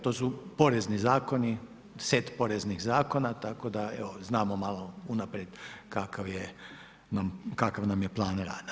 To su porezni zakon, set poreznih zakona, tako da evo, znamo malo unaprijed kakav nam je plan rada.